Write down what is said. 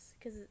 Cause